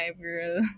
girl